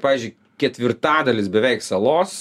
pavyzdžiui ketvirtadalis beveik salos